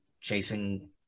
chasing